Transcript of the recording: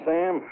Sam